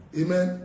Amen